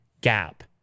Gap